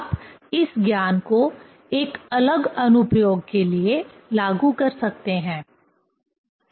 आप इस ज्ञान को एक अलग अनुप्रयोग के लिए लागू कर सकते हैं सही